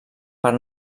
per